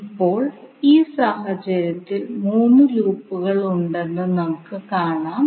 ഇപ്പോൾ ഈ സാഹചര്യത്തിൽ മൂന്ന് ലൂപ്പുകൾ ഉണ്ടെന്ന് നമുക്ക് കാണാം